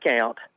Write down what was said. count